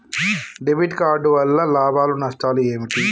Debit card వల్ల లాభాలు నష్టాలు ఏమిటి?